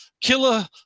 killer